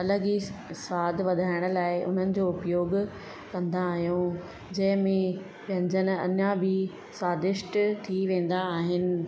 अलॻि ई सवादु वधाइण लाइ उन्हनि जो उपयोगु कंदा आहियूं जंहिं में व्यंजन अञा बि स्वादिष्ट थी वेंदा आहिनि